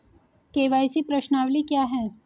KYC प्रश्नावली क्या है?